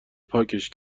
پاکش